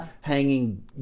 hanging